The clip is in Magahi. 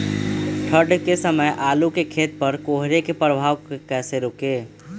ठंढ के समय आलू के खेत पर कोहरे के प्रभाव को कैसे रोके?